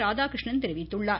ராதாகிருஷ்ணன் தெரிவித்துள்ளார்